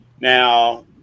Now